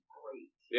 great